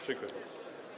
Dziękuję bardzo.